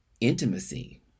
intimacy